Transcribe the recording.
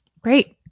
Great